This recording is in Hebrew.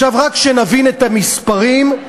רק שנבין את המספרים,